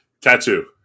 tattoo